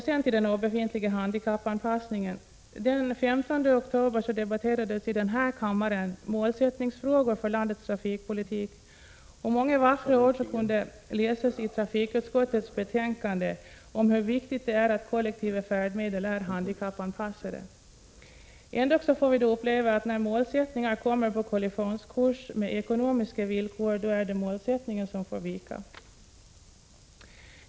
Sedan till den obefintliga handikappanpassningen: Den 15 oktober debatterades i denna kammare målsättningsfrågor avseende landets trafikpolitik, och många vackra ord kunde läsas i trafikutskottets betänkande om hur viktigt det är att kollektiva färdmedel är handikappanpassade. Ändock får vi uppleva att när målsättningar kommer på kollisionskurs med ekonomiska villkor, då är det målsättningarna som får vika.